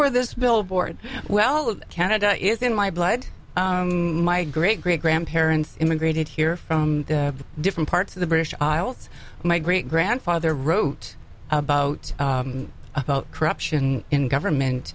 for this billboard well canada is in my blood my great great grandparents immigrated here from different parts of the british isles my great grandfather wrote about corruption in government